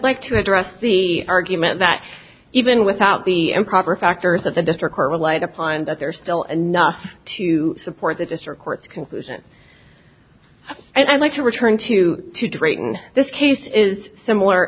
like to address the argument that even without the improper factors that the district court relied upon that there are still enough to support the district court's conclusion and i'd like to return to to drayton this case is similar